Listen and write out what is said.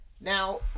Now